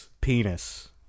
penis